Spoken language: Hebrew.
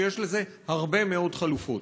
ויש לזה הרבה מאוד חלופות.